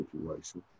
situation